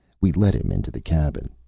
we let him into the cabin.